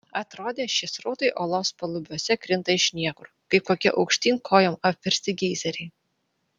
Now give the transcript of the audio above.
atrodė šie srautai olos palubiuose krinta iš niekur kaip kokie aukštyn kojom apversti geizeriai